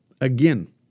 Again